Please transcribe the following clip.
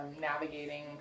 navigating